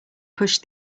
pushed